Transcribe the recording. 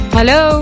Hello